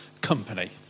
company